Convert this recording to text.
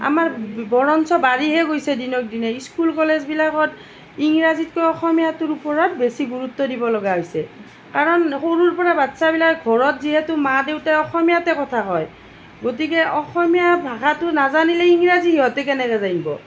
আমাৰ বৰঞ্চ বাঢ়িহে গৈছে দিনক দিনে স্কুল কলেজবিলাকত ইংৰাজীতকৈ অসমীয়াটোৰ ওপৰত বেচি গুৰুত্ব দিব লগা হৈছে কাৰণ সৰুৰ পৰা বাচ্ছাবিলাক ঘৰত যিহেতু মা দেউতা অসমীয়াতে কথা কয় গতিকে অসমীয়া ভাষাটো নাজানিলে ইংৰাজী সিহঁতে কেনেকৈ জানিব